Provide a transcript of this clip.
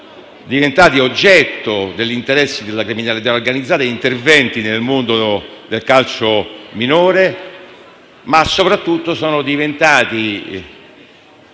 diventati oggetto dell'interesse della criminalità organizzata interventi nel mondo del calcio minore; ma soprattutto questi